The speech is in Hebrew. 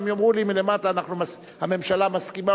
הם יאמרו לי מלמטה: הממשלה מסכימה,